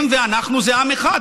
הם ואנחנו זה עם אחד.